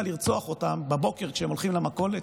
לרצוח אותם בבוקר כשהם הולכים למכולת?